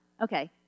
Okay